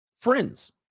friends